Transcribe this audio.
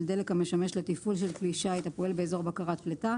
דלק המשמש לתפעול של כלי שיט הפועל באזור בקרת פליטה,